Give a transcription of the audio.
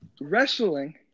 wrestling